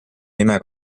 nime